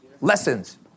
Lessons